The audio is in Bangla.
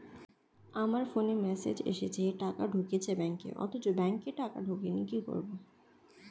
আমার ফোনে মেসেজ এসেছে টাকা ঢুকেছে ব্যাঙ্কে অথচ ব্যাংকে টাকা ঢোকেনি কি করবো?